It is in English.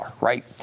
right